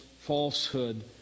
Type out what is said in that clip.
falsehood